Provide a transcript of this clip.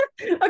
Okay